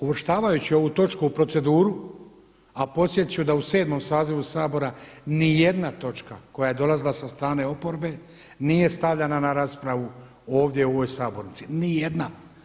Uvrštavajući ovu točku u proceduru, a podsjetit ću da u sedmom sazivu Sabora ni jedna točka koja je dolazila sa strane oporbe nije stavljana na raspravu ovdje u ovoj sabornici, ni jedna.